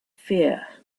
fear